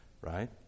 right